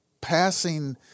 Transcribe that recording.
passing –